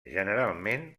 generalment